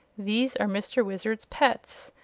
these are mr. wizard's pets,